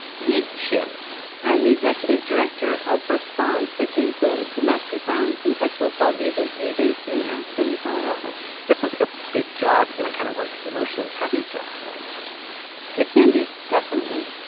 meet shannon i'm the executive director of response, which is the domestic violence and sexual assault agency based in aspen, colorado this is like a big job and i kind of like emotionally heavy job. i imagine it can be. definitely.